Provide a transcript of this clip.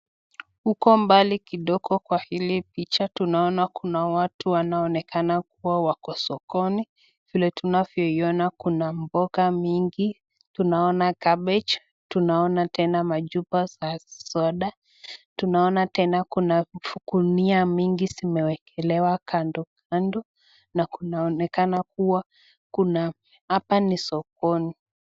Huko mbali kidogo kwa hili picha tunaona kuna watu wanaoneka kuwa wako sokoni vile tunavyoiona kuna mboga mingi. Tunaona cabbage ,tunaona kuna chupa zasoda, tunaona tena kuna gunia mingi zimewekelewa kando kando na kunaonekana kuwakuna hapa ni sokoni.